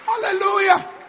Hallelujah